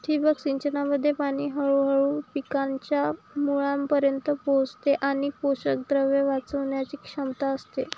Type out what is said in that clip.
ठिबक सिंचनामध्ये पाणी हळूहळू पिकांच्या मुळांपर्यंत पोहोचते आणि पोषकद्रव्ये वाचवण्याची क्षमता असते